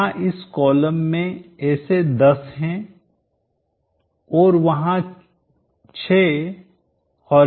वहां इस कॉलम में ऐसे 10 है औरवहां 6 क्षेतिज होरिजेंटल है